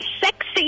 sexy